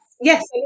Yes